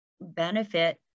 benefit